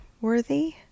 worthy